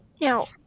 Now